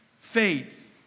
faith